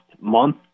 month